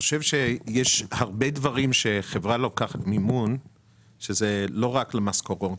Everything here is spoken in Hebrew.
חושב שיש הרבה דברים שחברה לוקחת מימון שזה לא רק למשכורות.